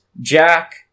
Jack